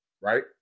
right